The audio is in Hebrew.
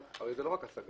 הרי זה לא רק השגה